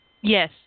Yes